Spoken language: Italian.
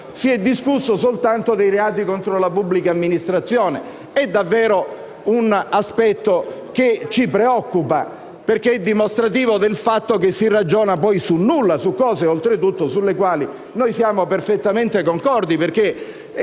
si è discusso soltanto dei reati contro la pubblica amministrazione: è davvero un aspetto che ci preoccupa, perché è dimostrativo del fatto che si ragiona sul nulla, su cose oltre tutto sulle quali siamo perfettamente concordi,